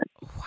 wow